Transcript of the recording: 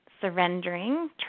surrendering